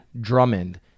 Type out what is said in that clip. Drummond